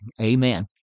Amen